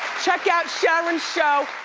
check out sharon's show,